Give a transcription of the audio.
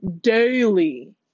daily